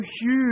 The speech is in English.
huge